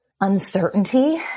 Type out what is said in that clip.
uncertainty